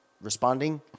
responding